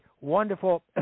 wonderful